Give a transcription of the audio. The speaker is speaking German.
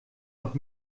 noch